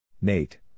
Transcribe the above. Nate